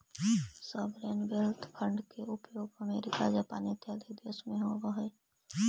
sovereign wealth fund के उपयोग America Japan इत्यादि देश में होवऽ हई